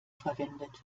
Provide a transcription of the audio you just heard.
verwendet